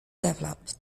developed